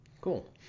Cool